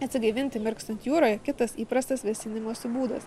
atsigaivinti mirkstant jūroje ir kitas įprastas vėsinimosi būdas